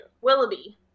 Willoughby